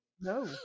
No